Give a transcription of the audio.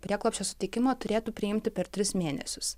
prieglobsčio suteikimo turėtų priimti per tris mėnesius